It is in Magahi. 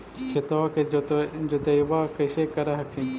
खेतबा के जोतय्बा कैसे कर हखिन?